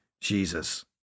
Jesus